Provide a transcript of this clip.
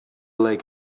lake